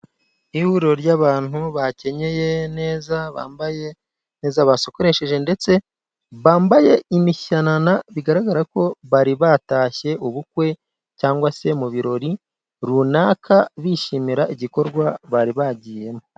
Ihuriro ry'abantu bakenyeye neza, bambaye neza, basokoresheje ndetse bambaye imishanana, bigaragara ko bari batashye ubukwe cyangwa se mu birori runaka, bishimira igikorwa bari bagiyemo.